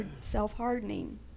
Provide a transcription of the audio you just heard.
self-hardening